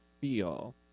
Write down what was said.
feel